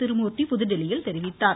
திருமூர்த்தி புதுதில்லியில் தெரிவித்தார்